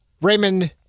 Raymond